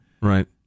Right